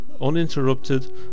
uninterrupted